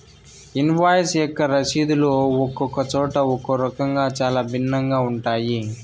invoice యొక్క రసీదులు ఒక్కొక్క చోట ఒక్కో రకంగా చాలా భిన్నంగా ఉంటాయి